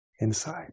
inside